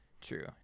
True